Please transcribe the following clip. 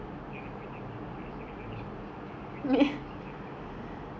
then you reminded me of like secondary school sia I haven't been to like visit secondary school swe~